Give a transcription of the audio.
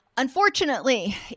Unfortunately